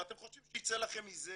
ואתם חושבים שייצא לכם מזה